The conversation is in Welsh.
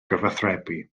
gyfathrebu